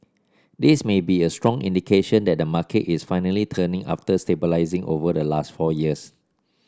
this may be a strong indication that the market is finally turning after stabilising over the last four years